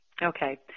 Okay